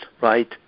right